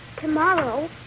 Tomorrow